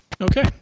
Okay